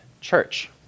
church